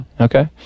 Okay